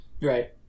Right